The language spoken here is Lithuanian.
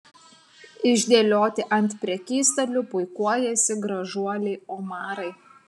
išdėlioti ant prekystalių puikuojasi gražuoliai omarai